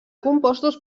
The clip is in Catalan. compostos